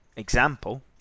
example